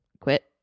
Quit